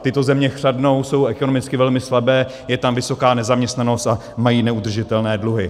Tyto země chřadnou, jsou ekonomicky velmi slabé, je tam vysoká nezaměstnanost a mají neudržitelné dluhy.